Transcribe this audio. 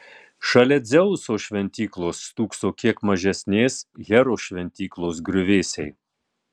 šalia dzeuso šventyklos stūkso kiek mažesnės heros šventyklos griuvėsiai